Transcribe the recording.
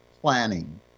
planning